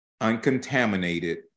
uncontaminated